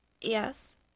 Yes